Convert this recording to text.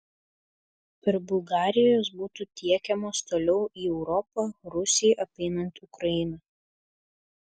per bulgariją jos būtų tiekiamos toliau į europą rusijai apeinant ukrainą